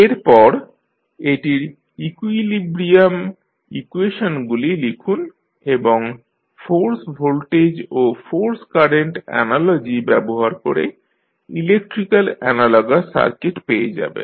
এরপর এটির ইকুইলিব্রিয়াম ইকুয়েশনগুলি লিখুন এবং ফোর্স ভোল্টেজ ও ফোর্স কারেন্ট অ্যানালজি ব্যবহার করে ইলেক্ট্রিক্যাল অ্যানালগাস সার্কিট পেয়ে যাবেন